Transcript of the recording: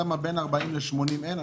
למה בין 40 ל-80 אין.